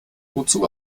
wozu